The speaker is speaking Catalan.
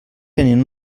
tenint